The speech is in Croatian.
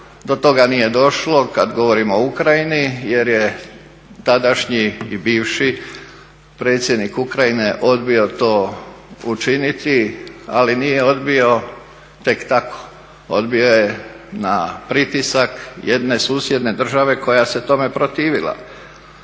do toga nije došlo kad govorimo o Ukrajini jer je tadašnji i bivši predsjednik Ukrajine odbio to učiniti, ali nije odbio tek tako, odbio je na pritisak jedne susjedne države koja se tome protivila.